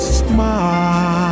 smile